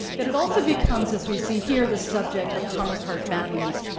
but it also becomes, as we see here, the subject of thomas hart benton's,